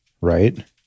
Right